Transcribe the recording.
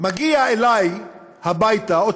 מגיעים אלי הביתה,